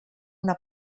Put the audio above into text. una